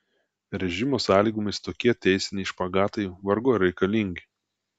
režimo sąlygomis tokie teisiniai špagatai vargu ar reikalingi